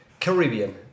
Caribbean